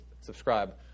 subscribe